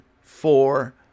four